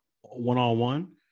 one-on-one